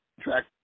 track